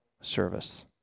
service